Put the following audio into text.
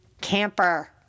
camper